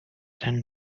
than